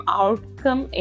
outcome